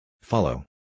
Follow